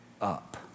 up